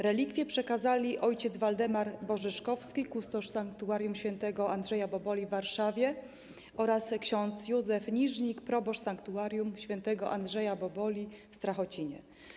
Relikwie przekazali o. Waldemar Borzyszkowski - kustosz sanktuarium św. Andrzeja Boboli w Warszawie oraz ks. Józef Niżnik - proboszcz sanktuarium św. Andrzeja Boboli w Strachocinie.